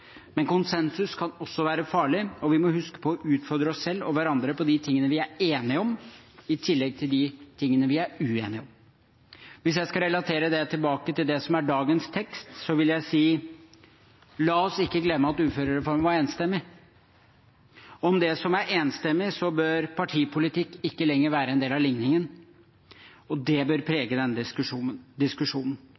Men konsensus kan også være farlig, og vi må huske på å utfordre oss selv og hverandre på de tingene vi er enige om, i tillegg til de tingene vi er uenige om. Hvis jeg skal relatere det tilbake til det som er dagens tekst, vil jeg si: La oss ikke glemme at uførereformen var enstemmig. Om det som er enstemmig, bør partipolitikk ikke lenger være en del av ligningen. Det bør prege denne diskusjonen